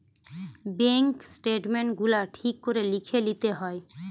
bank statement গুলা ঠিক করে লিখে লিতে হয়